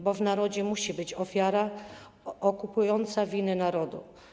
Bo w narodzie musi być ofiara okupująca winy narodu”